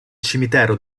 cimitero